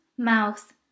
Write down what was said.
mouth